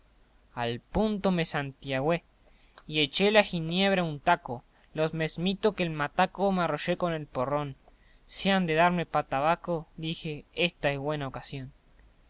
al punto me santigüé y eché de giñebra un taco lo mesmito que el mataco me arroyé con el porrón si han de darme pa tabaco dije ésta es güena ocasión